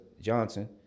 Johnson